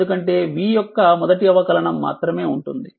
ఎందుకంటే v యొక్క మొదటి అవకలనం మాత్రమే ఉంటుంది